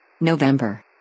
November